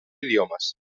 idiomes